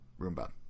Roomba